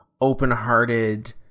open-hearted